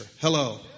Hello